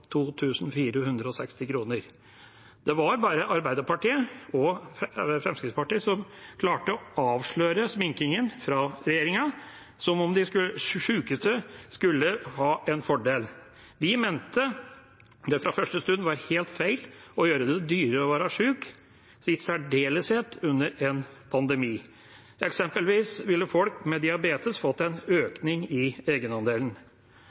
var bare Arbeiderpartiet og Fremskrittspartiet som klarte å avsløre sminkingen fra regjeringa – som om de sykeste skulle ha en fordel. Vi mente det fra første stund var helt feil å gjøre det dyrere å være syk, i særdeleshet under en pandemi. Eksempelvis ville folk med diabetes fått en økning i egenandelen.